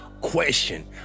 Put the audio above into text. question